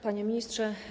Panie Ministrze!